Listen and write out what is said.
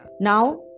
Now